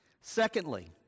Secondly